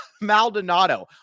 Maldonado